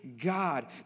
God